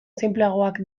sinpleagoak